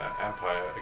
Empire